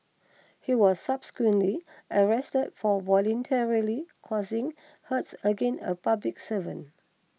he was subsequently arrested for voluntarily causing hurts against a public servant